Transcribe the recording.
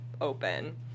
open